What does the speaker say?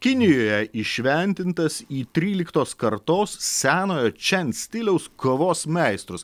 kinijoje įšventintas į tryliktos kartos senojo čen stiliaus kovos meistrus